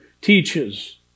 teaches